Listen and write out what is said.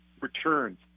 returns